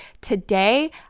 today